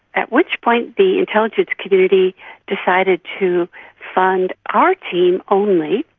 at which point the intelligence community decided to fund our team only.